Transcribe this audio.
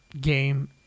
game